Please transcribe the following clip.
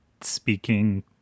speaking